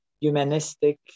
humanistic